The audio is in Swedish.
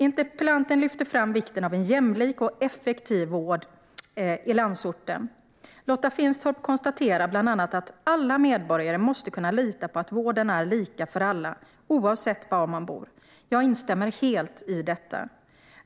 Interpellanten lyfter fram vikten av jämlik och effektiv vård i landsorten. Lotta Finstorp konstaterar bland annat att alla medborgare måste kunna lita på att vården är lika för alla - oavsett var man bor. Jag instämmer helt i detta.